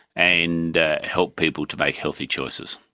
and helped people to make healthy choices.